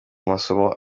amasomo